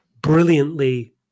brilliantly